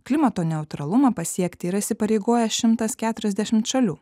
klimato neutralumą pasiekti yra įsipareigoję šimtas keturiasdešimt šalių